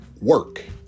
work